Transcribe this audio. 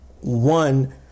one